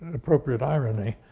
appropriate irony.